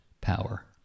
power